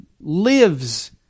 lives